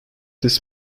this